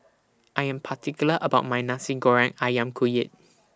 I Am particular about My Nasi Goreng Ayam Kunyit